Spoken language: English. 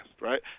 right